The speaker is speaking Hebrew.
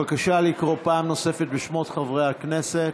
נגד בבקשה לקרוא פעם נוספת בשמות חברי הכנסת.